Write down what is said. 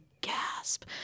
Gasp